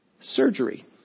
surgery